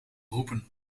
roepen